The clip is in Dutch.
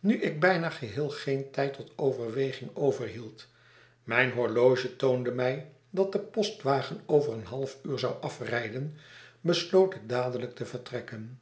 nu ik bijna geheel geen tijd tot overweging overhield mijn horloge toonde mij dat de postwagen over een half uur zou aft tj den besloot ik dadelijk te vertrekken